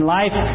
life